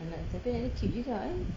anak satu ni cute juga eh